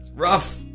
Rough